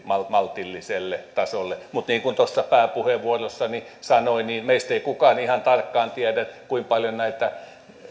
maltilliselle tasolle mutta niin kuin tuossa pääpuheenvuorossani sanoin niin meistä ei kukaan ihan tarkkaan tiedä kuinka paljon näitä